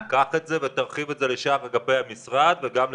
קח את זה ותרחיב את זה לשאר אגפי המשרד, גם לשפות.